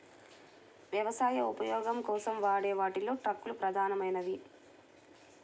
వ్యవసాయ ఉపయోగం కోసం వాడే వాటిలో ట్రక్కులు ప్రధానమైనవి